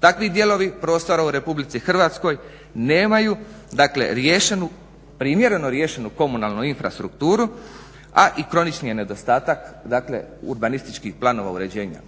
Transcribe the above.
Takvi dijelovi prostora u RH nemaju dakle riješenu, primjereno riješenu komunalnu infrastrukturu, a i kronični je nedostatak dakle urbanističkih planova uređenja.